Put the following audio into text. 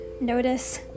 Notice